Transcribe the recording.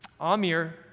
Amir